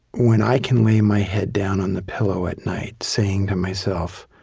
when i can lay my head down on the pillow at night, saying to myself,